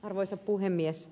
arvoisa puhemies